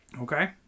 Okay